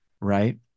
right